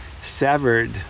severed